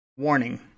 warning